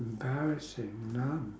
embarrassing none